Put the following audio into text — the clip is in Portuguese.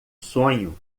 sonho